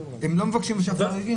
הם לא מבקשים להיות בוועדת חריגים,